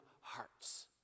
hearts